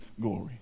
glory